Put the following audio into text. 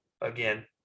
Again